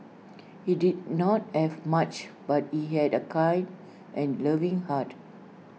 he did not have much but he had A kind and loving heart